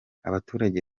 abaturage